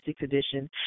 edition